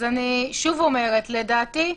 אז אני, שוב, אומרת: לדעתי,